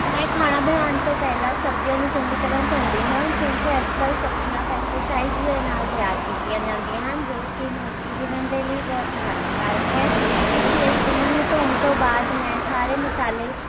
ਮੈਂ ਖਾਣਾ ਬਣਾਉਣ ਤੋਂ ਪਹਿਲਾਂ ਸਬਜ਼ੀਆਂ ਨੂੰ ਚੰਗੀ ਤਰ੍ਹਾਂ ਧੌਂਦੀ ਹਾਂ ਕਿਉਂਕਿ ਅੱਜ ਕਲ੍ਹ ਸਬਜ਼ੀਆਂ ਪੇਸਟੀਸਾਈਡਸ ਦੇ ਨਾਲ ਤਿਆਰ ਕੀਤੀਆਂ ਜਾਂਦੀਆਂ ਹਨ ਜੋ ਕਿ ਮਨੁੱਖੀ ਜੀਵਨ ਦੇ ਲਈ ਬਹੁਤ ਹਾਨੀਕਾਰਕ ਹੈ ਇਸ ਲਈ ਉਹਨਾਂ ਨੂੰ ਧੌਣ ਤੋਂ ਬਾਅਦ ਮੈਂ ਸਾਰੇ ਮਸਾਲੇ